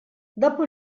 dopo